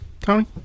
Tony